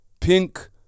pink